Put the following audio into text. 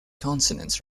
consonants